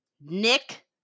Nick